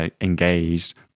engaged